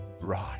Right